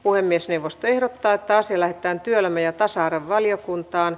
puhemiesneuvosto ehdottaa että asia lähetetään työelämä ja tasa arvovaliokuntaan